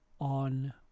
on